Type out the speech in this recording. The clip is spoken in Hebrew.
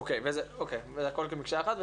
אוקיי, וזה הכול כמקשה אחת.